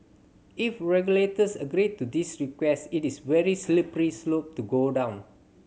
if regulators agree to this request it is very slippery slope to go down